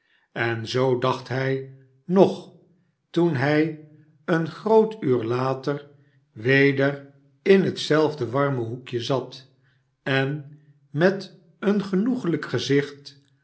en zoo dacht hij nog toen hij een groot uur later weder in hetzelfde warme hoekje zat en met een genoeglijk gezicht